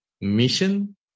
mission